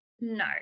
No